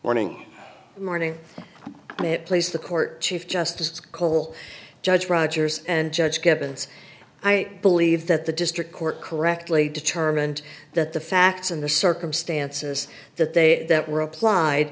morning morning but it please the court chief justice cole judge rogers and judge get this i believe that the district court correctly determined that the facts and the circumstances that they that were applied